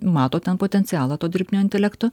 mato ten potencialą to dirbtinio intelekto